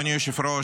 אדוני היושב-ראש,